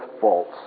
false